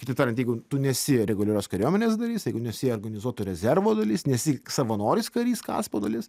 kitaip tariant jeigu tu nesi reguliarios kariuomenės darys jeigu nesi organizuoto rezervo dalis nesi savanoris karys kaspo dalis